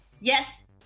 Yes